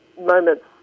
moments